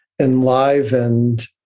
enlivened